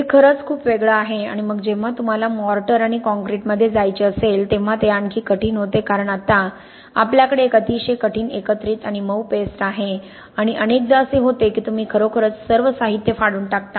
हे खरंच खूप वेगळं आहे आणि मग जेव्हा तुम्हाला मॉर्टर आणि कॉंक्रिटमध्ये जायचे असेल तेव्हा ते आणखी कठीण होते कारण आता आपल्याकडे एक अतिशय कठीण एकत्रित आणि मऊ पेस्ट आहे आणि अनेकदा असे होते की तुम्ही खरोखरच सर्व साहित्य फाडून टाकता